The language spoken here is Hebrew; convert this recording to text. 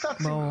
שעשו עוול,